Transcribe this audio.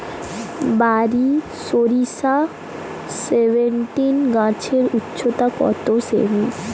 বারি সরিষা সেভেনটিন গাছের উচ্চতা কত সেমি?